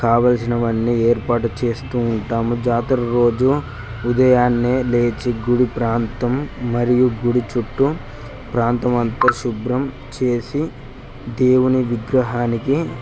కావాల్సినవన్నీ ఏర్పాటు చేస్తూ ఉంటాము జాతర రోజు ఉదయాన్నే లేచి గుడి ప్రాంతం మరియు గుడి చుట్టూ ప్రాంతం అంతా శుభ్రం చేసి దేవుని విగ్రహానికి